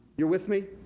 you're with me?